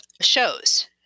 shows